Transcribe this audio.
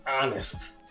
honest